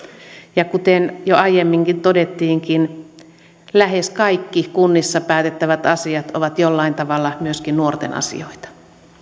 ja kuten jo aiemminkin todettiinkin lähes kaikki kunnissa päätettävät asiat ovat jollain tavalla myöskin nuorten asioita